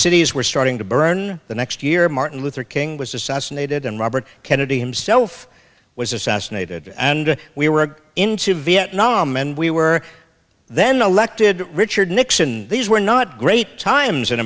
cities were starting to burn the next year martin luther king was assassinated and robert kennedy himself was assassinated and we were into vietnam and we were then elected richard nixon these were not great times in